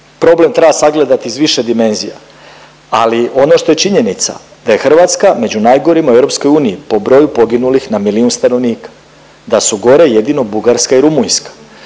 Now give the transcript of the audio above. problem treba sagledati iz više dimenzija, ali ono što je činjenica da je Hrvatska među najgorima u EU po broju poginulih na milijun stanovnika, da su gore jedino Bugarska i Rumunjska,